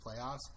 playoffs